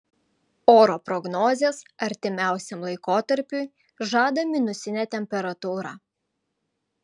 oro prognozės artimiausiam laikotarpiui žada minusinę temperatūrą